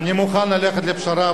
אני מוכן ללכת לפשרה,